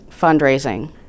fundraising